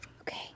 Okay